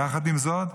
יחד עם זאת,